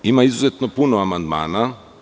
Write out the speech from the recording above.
Ima izuzetno puno amandmana.